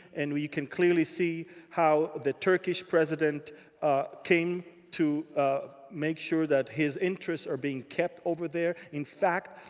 and we can clearly see how the turkish president came to ah make sure that his interests are being kept over there. in fact,